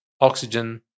oxygen